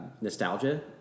nostalgia